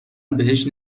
بهش